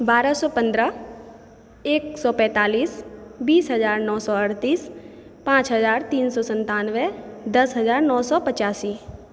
बारह सए पन्द्रह एक सए पैंतालिस बीस हजार नओ सए अठतीस पाँच हजार तीन सए सन्तानबे दश हजार नओ सए पचासी